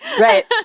Right